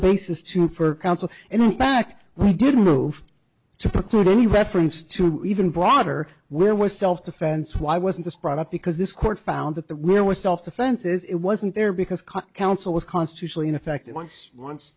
basis to for counsel and in fact we did move to preclude any reference to even broader where was self defense why wasn't this brought up because this court found that there was self defense is it wasn't there because cut counsel was constitutionally ineffective ones once